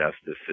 justice